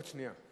עוד שנייה.